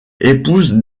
épouse